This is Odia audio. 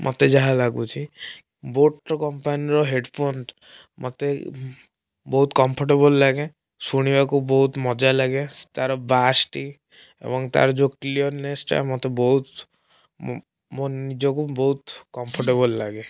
ମୋତେ ଯାହା ଲାଗୁଛି ବୋଟ କମ୍ପାନୀର ହେଡ଼ଫୋନ୍ ମୋତେ ବହୁତ କମ୍ଫଟେବୁଲ ଲାଗେ ଶୁଣିବାକୁ ବହୁତ ମଜାଲାଗେ ତାର ବାସଟି ଏବଂ ତାର ଯେଉଁ କ୍ଲିଅରନେସଟା ମୋତେ ବହୁତ ମୋ ମୋ ନିଜକୁ ବହୁତ କମ୍ଫଟେବୁଲ ଲାଗେ